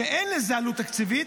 שאין לזה עלות תקציבית,